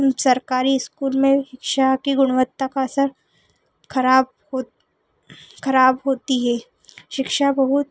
सरकारी स्कूल में शिक्षा की गुणोत्ता का असर ख़राब होत ख़राब होता है शिक्षा बहुत